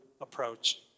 approach